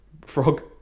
frog